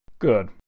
Good